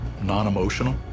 non-emotional